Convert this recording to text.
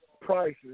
prices